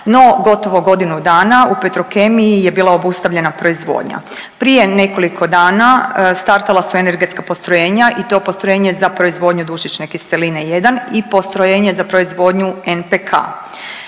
no gotovo godinu dana u Petrokemiji je bila obustavljena proizvodnja. Prije nekoliko dana startala su energetska postrojenja i to postrojenje za proizvodnju dušične kiseline 1 i postrojenje za proizvodnju NPK.